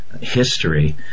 history